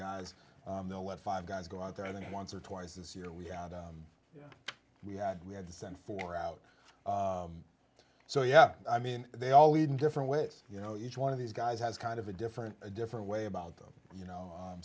guys they'll let five guys go out there then once or twice this year we we had we had to send four out so yeah i mean they all lead in different ways you know each one of these guys has kind of a different a different way about them you know